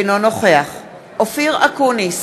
אינו נוכח אופיר אקוניס,